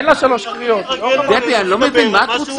אין לה שלוש קריאות, היא לא חברת כנסת.